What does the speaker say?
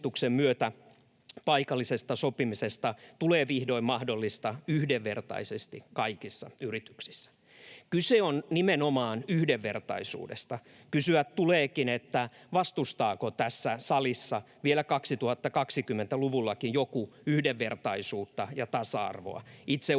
myötä paikallisesta sopimisesta tulee vihdoin mahdollista yhdenvertaisesti kaikissa yrityksissä.” Kyse on nimenomaan yhdenvertaisuudesta. Kysyä tuleekin, vastustaako tässä salissa vielä 2020-luvullakin joku yhdenvertaisuutta ja tasa-arvoa. Itse